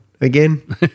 again